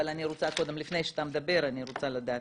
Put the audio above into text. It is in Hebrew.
אבל לפני שאתה מדבר אני רוצה לדעת.